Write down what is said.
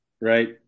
right